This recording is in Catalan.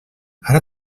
ara